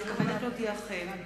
אני מתכבדת להודיעכם,